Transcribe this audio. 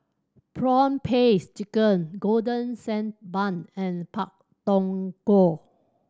prawn paste chicken Golden Sand Bun and Pak Thong Ko